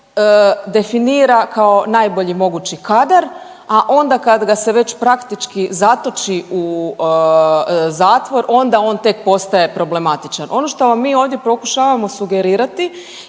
definira kao najbolji mogući kadar, a onda kad ga se već praktički zatoči u zatvor onda on tek postaje problematičan. Ono što vam mi ovdje pokušavamo sugerirati